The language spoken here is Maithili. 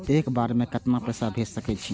एक बार में केतना पैसा भेज सके छी?